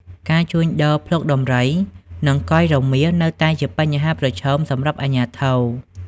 ការជួញដូរភ្លុកដំរី និងកុយរមាសនៅតែជាបញ្ហាប្រឈមសម្រាប់អាជ្ញាធរ។